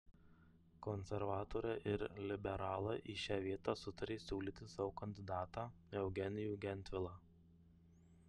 konservatoriai ir liberalai į šią vietą sutarė siūlyti savo kandidatą eugenijų gentvilą